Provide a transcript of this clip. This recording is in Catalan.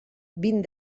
vint